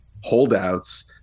holdouts